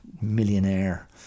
millionaire